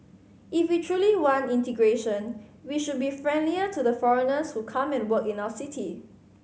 if we truly want integration we should be friendlier to the foreigners who come and work in our city